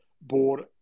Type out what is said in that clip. board